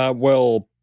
ah well,